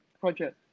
project